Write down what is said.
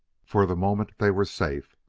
for the moment they were safe,